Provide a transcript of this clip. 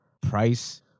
price